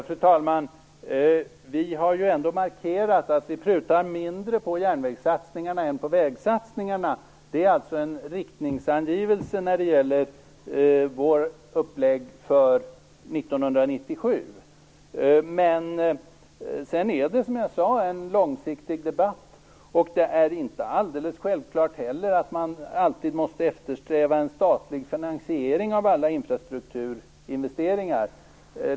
Fru talman! Vi har ändå markerat att vi prutar mindre på järnvägssatsningarna än på vägsatsningarna. Det är en riktningsangivelse när det gäller vårt upplägg för 1997. Sedan krävs det, som jag sade, en långsiktig debatt. Det är heller inte alldeles självklart att man alltid måste eftersträva en statlig finansiering av alla infrastrukturinvesteringar.